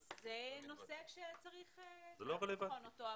אז זה נושא שצריך לבחון אותו,